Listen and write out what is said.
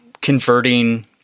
converting